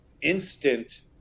instant